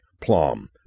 Plum